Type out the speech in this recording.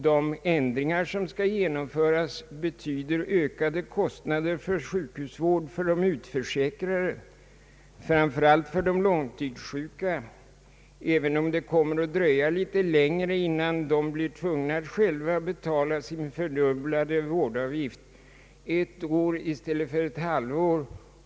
De ändringar som skall genomföras betyder emellertid ökade kostnader för sjukhusvård för de utförsäkrade, framför allt för de långtidssjuka, även om det kommer att dröja litet längre än nu innan de blir tvungna att själva betala sin fördubblade vårdavgift — ett år i stället för ett halvår.